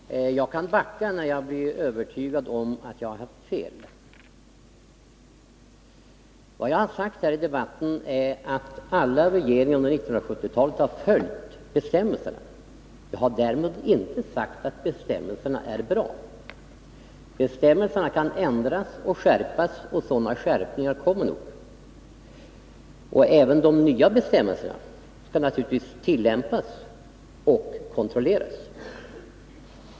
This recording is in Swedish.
Fru talman! Jag kan backa när jag blir övertygad om att jag har haft fel. Vad jag har sagt här i debatten är att alla regeringar under 1970-talet har följt bestämmelserna. Jag har därmed inte sagt att bestämmelserna är bra. De kan ändras och skärpas, och skärpningar kommer nog. Naturligtvis skall även nya bestämmelser tillämpas och kontrolleras.